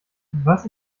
was